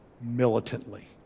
militantly